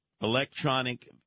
electronic